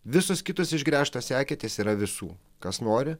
visos kitos išgręžtos eketės yra visų kas nori